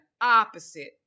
opposite